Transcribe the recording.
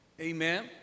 Amen